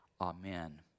Amen